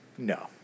No